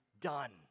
done